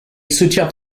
soutient